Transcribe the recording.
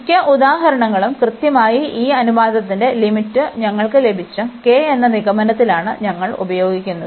മിക്ക ഉദാഹരണങ്ങളും കൃത്യമായി ഈ അനുപാതത്തിന്റെ ലിമിറ്റ് ഞങ്ങൾക്ക് ലഭിച്ച k എന്ന നിഗമനത്തിലാണ് ഞങ്ങൾ ഉപയോഗിക്കുന്നത്